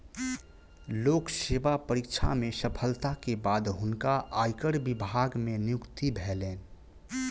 लोक सेवा परीक्षा में सफलता के बाद हुनका आयकर विभाग मे नियुक्ति भेलैन